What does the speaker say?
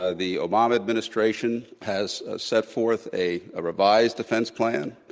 ah the obama administration has set forth a ah revised defense plan